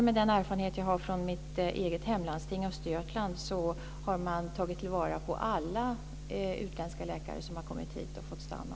Den erfarenhet jag har från mitt eget hemlandsting Östergötland är att man har tagit till vara alla utländska läkare som har kommit hit och fått stanna.